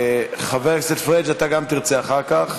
חבר הכנסת פריג', אתה גם תרצה אחר כך,